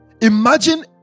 Imagine